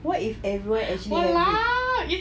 what if everyone actually has it